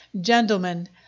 Gentlemen